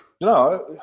No